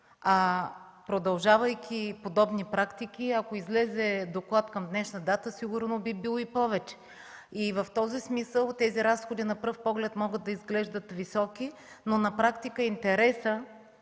а продължавайки подобни практики, ако излезе доклад към днешна дата, сигурно това би било и повече. В този смисъл тези разходи на пръв поглед могат да изглеждат високи, но на практика интересът